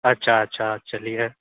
अच्छा अच्छा चलिए